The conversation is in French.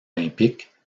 olympique